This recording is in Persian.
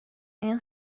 این